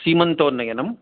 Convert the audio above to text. सीमन्तोन्नयनम्